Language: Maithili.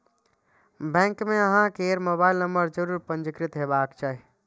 बैंक मे अहां केर मोबाइल नंबर जरूर पंजीकृत हेबाक चाही